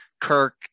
Kirk